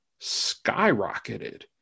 skyrocketed